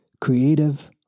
creative